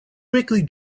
quickly